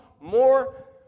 more